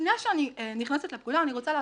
לפני שאני נכנסת לפקודה אני רוצה להסביר.